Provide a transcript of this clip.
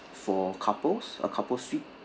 for couples a couple suite